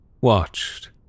watched